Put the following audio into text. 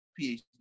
PhD